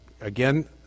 Again